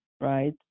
right